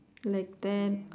like that